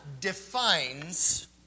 defines